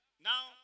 Now